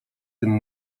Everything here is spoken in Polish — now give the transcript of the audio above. tym